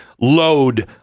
load